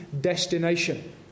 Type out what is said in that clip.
destination